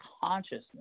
consciousness